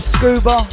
Scuba